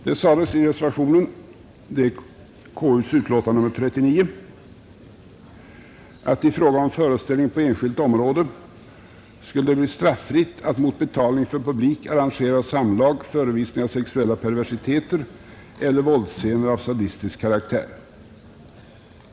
Det sades i reservationen 2 till konstitutionsutskottets utlåtande nr 39: ”I fråga om föreställning på enskilt område skulle det bli straffritt att mot betalning för publik arrangera samlag, förevisning av sexuella perversiteter eller våldsscener av sadistisk karaktär.